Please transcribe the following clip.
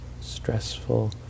stressful